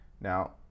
Now